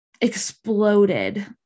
exploded